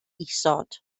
isod